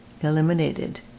eliminated